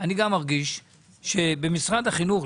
אני גם מרגיש שבמשרד החינוך,